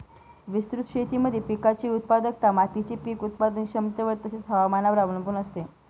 विस्तृत शेतीमध्ये पिकाची उत्पादकता मातीच्या पीक उत्पादन क्षमतेवर तसेच, हवामानावर अवलंबून असते